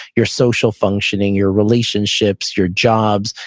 your social functioning, your relationships, your jobs,